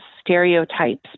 stereotypes